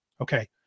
okay